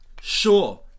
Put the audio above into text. Sure